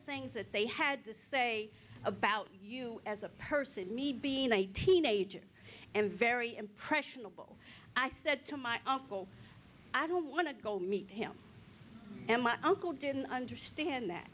things that they had to say about you as a person me being a teenager and very impressionable i said to my uncle i don't want to go meet him and my uncle didn't understand that